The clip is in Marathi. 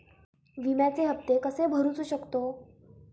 विम्याचे हप्ते कसे भरूचो शकतो?